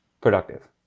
productive